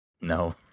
No